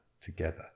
together